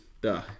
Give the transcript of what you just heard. Duh